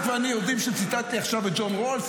את ואני יודעים שציטטתי עכשיו את ג'ון רולס.